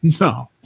No